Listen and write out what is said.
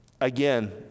Again